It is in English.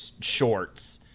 shorts